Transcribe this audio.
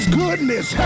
goodness